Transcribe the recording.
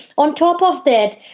on top of that,